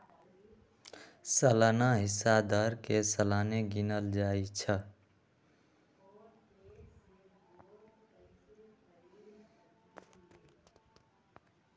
सलाना हिस्सा दर के सलाने गिनल जाइ छइ